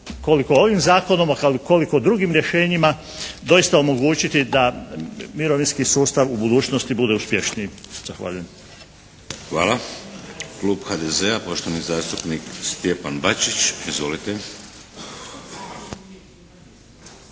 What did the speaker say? koliko ovim zakonom, a koliko drugim rješenjima doista omogućiti da mirovinski sustav u budućnosti bude uspješniji. Zahvaljujem. **Šeks, Vladimir (HDZ)** Hvala. Klub HDZ-a, poštovani zastupnik Stjepan Bačić. Izvolite.